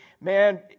man